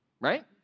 Right